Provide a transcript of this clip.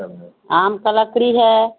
آم کا لکڑی ہے